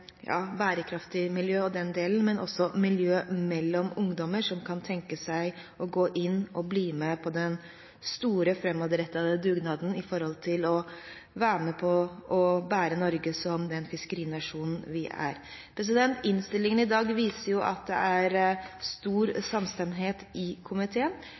bærekraftig miljø og den delen, men også miljø blant ungdommer som kan tenke seg å gå inn og bli med på den store, fremadrettede dugnaden når det gjelder å være med på å bære Norge som den fiskerinasjonen vi er. Innstillingen i dag viser at det er stor samstemthet i komiteen.